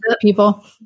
people